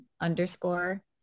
underscore